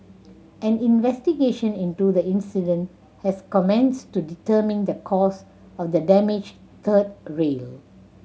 an investigation into the incident has commenceds to determine the cause of the damaged third rail